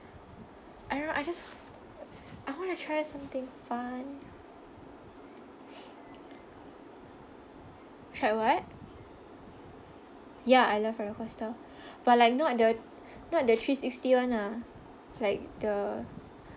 I don't know I just I wanna try something fun try what ya I love rollercoaster but like not the not the three sixty [one] lah like the